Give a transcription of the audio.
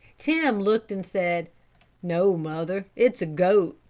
tim looked and said no, mother, it is a goat.